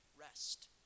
rest